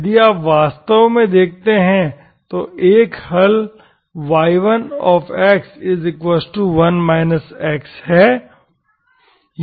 यदि आप वास्तव में देखते हैं तो एक हल y1x1 x है यह एक हल है